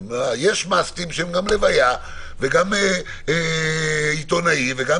יש must-ים שהם גם לוויה וגם עיתונאי וגם